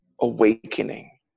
awakening